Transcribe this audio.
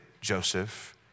Joseph